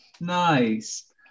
nice